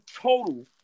total